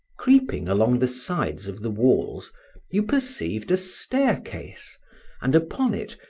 creeping along the sides of the walls you perceived a staircase and upon it,